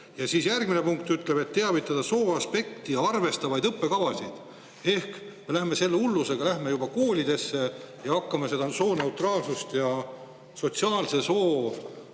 Ja siis järgmine punkt ütleb, et [tuleks levitada] sooaspekti arvestavaid õppekavasid. Ehk me lähme selle hullusega koolidesse ja hakkame seda sooneutraalsust ja sotsiaalse soo